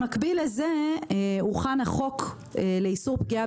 במקביל לזה הוכן החוק לאיסור פגיעה